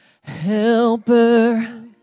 helper